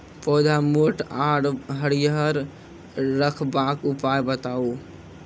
पौधा मोट आर हरियर रखबाक उपाय बताऊ?